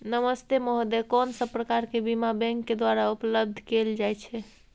नमस्ते महोदय, कोन सब प्रकार के बीमा बैंक के द्वारा उपलब्ध कैल जाए छै?